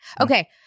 Okay